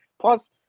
Plus